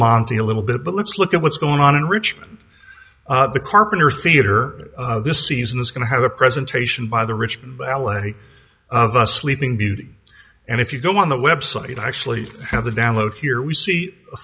monte a little bit but let's look at what's going on in richmond the carpenter theater this season is going to have a presentation by the richmond ballet of a sleeping beauty and if you go on the website i actually have a download here we see a